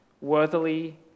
worthily